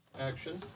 action